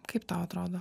kaip tau atrodo